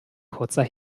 kurzer